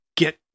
get